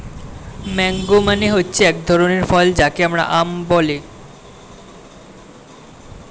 mango মানে হচ্ছে এক ধরনের ফল যাকে আম বলে